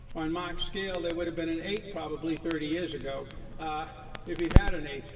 on mark's scale, they would have been an eight, probably, thirty years ago if we'd had an eight.